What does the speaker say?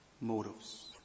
motives